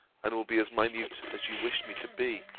and will be as minute as you wish me to be.